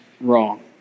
wrong